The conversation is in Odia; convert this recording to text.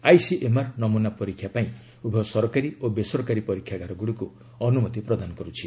ଆଇସିଏମ୍ଆର୍ ନମୁନା ପରୀକ୍ଷା ପାଇଁ ଉଭୟ ସରକାରୀ ଓ ବେସରକାରୀ ପରୀକ୍ଷାଗାରଗୁଡ଼ିକୁ ଅନୁମତି ପ୍ରଦାନ କରୁଛି